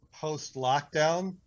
post-lockdown